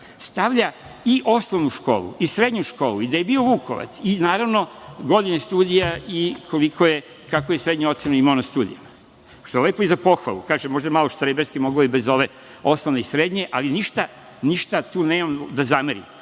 stavlja i osnovnu školu, i srednju školu, i da je bio Vukovac, i naravno, godine studija i koju je srednju ocenu imao na studijama. Što je lepo i za pohvalu. Kažem, možda je malo štreberski, moglo je bez ove osnovne i srednje, ali ništa tu nemam da zamerim. Ali,